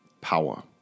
power